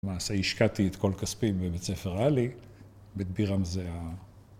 למעשה השקעתי את כל כספי בבית ספר ריאלי, בית בירם זה ה...